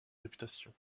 réputation